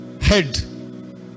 head